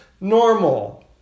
normal